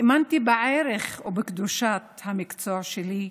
האמנתי בערך ובקדושת המקצוע שלי,